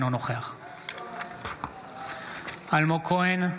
אינו נוכח אלמוג כהן,